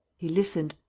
he listened.